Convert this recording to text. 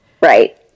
Right